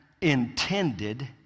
intended